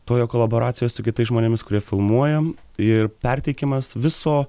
tojo kolaboracijoj su kitais žmonėmis kurie filmuojam ir perteikimas viso